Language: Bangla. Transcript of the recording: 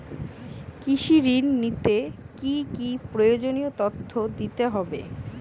কৃষি ঋণ নিতে কি কি প্রয়োজনীয় তথ্য দিতে হবে?